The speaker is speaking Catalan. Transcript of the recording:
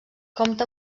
compta